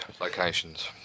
locations